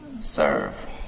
serve